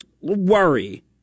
worry